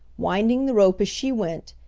winding the rope as she went,